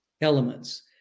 elements